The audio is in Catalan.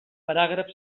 paràgraf